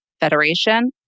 Federation